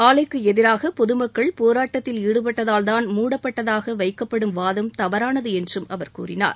ஆலைக்கு எதிராக பொது மக்கள் போராட்டத்தில் ஈடுபட்டதால்தான் மூடப்பட்டதாக வைக்கப்படும் வாதம் தவறானது என்றும் அவர் கூறினார்